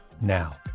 now